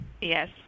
Yes